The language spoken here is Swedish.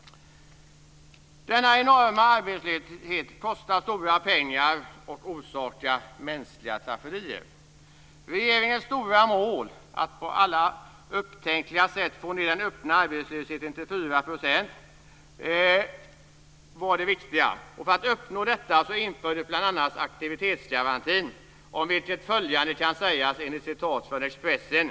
Denna enorma arbetslöshet kostar stora pengar och orsakar mänskliga tragedier. Regeringens stora mål, att på alla upptänkliga sätt få ned den öppna arbetslösheten till 4 %, har varit det viktiga. För att uppnå detta införde man bl.a. aktivitetsgarantin, om vilket följande kan sägas enligt ett citat från Expressen.